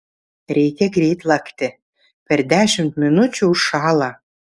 reikia greit lakti per dešimt minučių užšąla